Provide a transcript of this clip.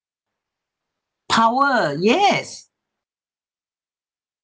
power yes